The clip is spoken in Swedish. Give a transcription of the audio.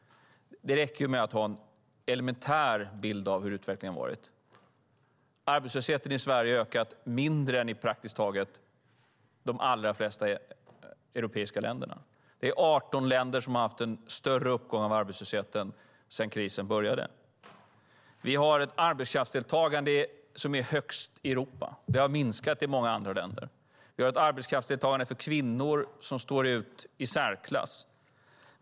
Det räcker med att ha en elementär bild av hur utvecklingen har sett ut. Arbetslösheten i Sverige har ökat mindre än i de allra flesta europeiska länderna. Det är 18 länder som har haft en större uppgång av arbetslösheten sedan krisen började. Vi har ett arbetskraftsdeltagande som är högst i Europa. Det har minskat i många andra länder. Vi har ett arbetskraftsdeltagande för kvinnor som står ut i särklass.